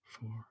four